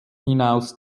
hinaus